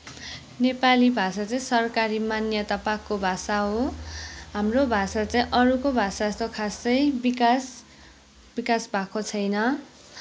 नेपाली भाषा चाहिँ सरकारी मान्यता पाएको भाषा हो हाम्रो भाषा चाहिँ अरूको भाषा जस्तो खासै विकास विकास भएको छैन